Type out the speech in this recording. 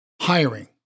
hiring